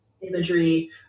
imagery